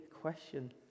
Question